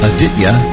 Aditya